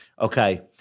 Okay